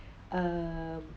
um